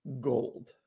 gold